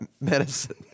medicine